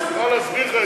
יכול להסביר לך את זה,